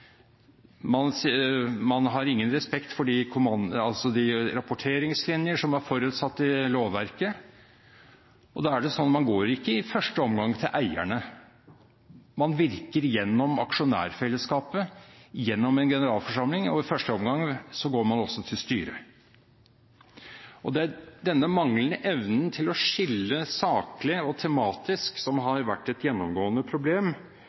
Man har ingen respekt for de rapporteringslinjer som er forutsatt i lovverket. Det er sånn at man ikke i første omgang går til eierne. Man virker gjennom aksjonærfellesskapet gjennom en generalforsamling, og i første omgang går man til styret. Det er denne manglende evnen til å skille saklig og tematisk som har vært et gjennomgående problem,